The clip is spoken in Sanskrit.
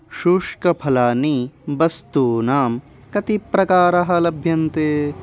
शुष्कफलानि वस्तूनां कति प्रकारः लभ्यन्ते